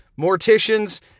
morticians